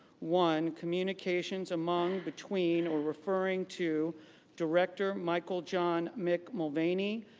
one, communications among, between or referring to director michael john mick mulvaney,